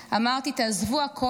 אמרתי: תעזבו הכול,